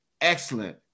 excellent